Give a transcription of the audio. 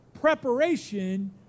preparation